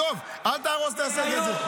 החלפתי את היו"ר.